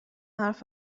حرف